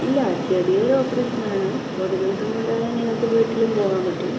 ഇല്ല ചെറിയ ഒരു ഓപ്പറേഷനാണ് ഒരു ദിവസം കൊണ്ട് നിങ്ങൾക്ക് വീട്ടിലും പോകാൻ പറ്റും